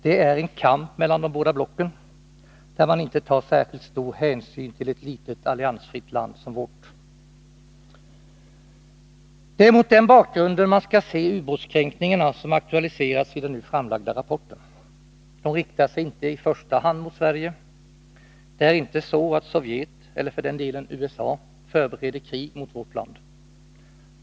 Det är en kamp mellan de båda blocken, där man inte tar särskilt stor hänsyn till ett litet alliansfritt land som vårt. Det är mot den bakgrunden man skall se ubåtskränkningarna, som aktualiserats i den nu framlagda rapporten. De riktar sig inte i första hand mot Sverige. Det är inte så att Sovjet eller för den delen USA förbereder krig mot vårt land.